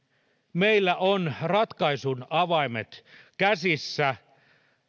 meillä on ratkaisun avaimet käsissä